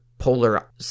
polar